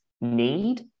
need